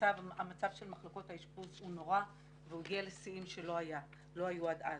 מצב מחלקות האשפוז כנורא והגיע לשיאים שלא היו עד אז.